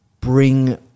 bring